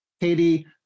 Katie